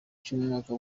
cy’umwaka